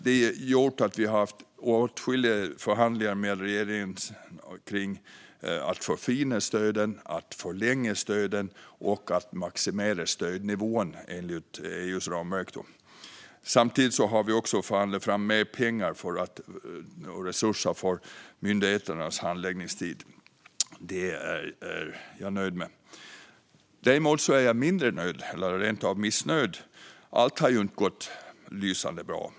Det har gjort att vi har haft åtskilliga förhandlingar med regeringen om att förfina stöden, att förlänga stöden och att maximera stödnivåerna enligt EU:s ramverk. Samtidigt har vi förhandlat fram mer pengar och resurser för att förkorta myndigheternas handläggningstider. Det är jag nöjd med. Däremot är jag mindre nöjd, eller rent av missnöjd, med andra saker. Allt har ju inte gått lysande bra.